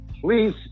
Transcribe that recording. Please